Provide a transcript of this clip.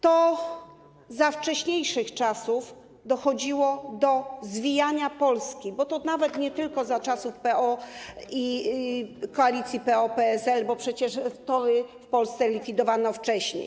To za wcześniejszych czasów dochodziło do zwijania Polski, bo to nawet nie tylko za czasów PO, koalicji PO - PSL, bo przecież tory w Polsce likwidowano wcześniej.